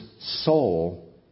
soul